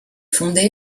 fondée